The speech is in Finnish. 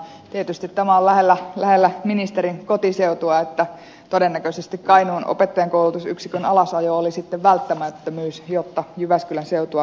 tietysti tämä on lähellä ministerin kotiseutua että todennäköisesti kainuun opettajankoulutusyksikön alasajo oli sitten välttämättömyys jotta jyväskylän seutua voidaan kehittää